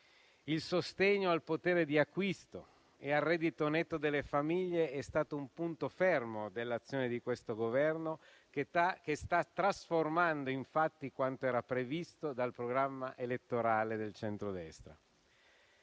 Il sostegno al potere di acquisto e al reddito netto delle famiglie è stato un punto fermo dell'azione di questo Governo, che sta trasformando in fatti quanto era previsto dal programma elettorale del centrodestra.